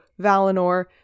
Valinor